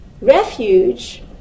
Refuge